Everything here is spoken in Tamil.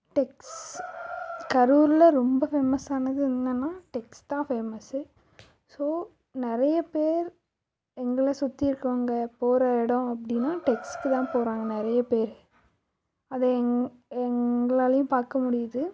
டெக்ஸ் கரூரில் ரொம்ப ஃபேமஸானது என்னென்னா டெக்ஸ் தான் ஃபேமஸு ஸோ நிறையப்பேர் எங்களை சுற்றி இருக்கிறவங்க போகிற இடம் அப்படின்னா டெக்ஸுக்குதான் போகிறாங்க நிறையப் பேர் அதை எங்களாலேயும் பார்க்க முடியுது